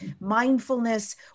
mindfulness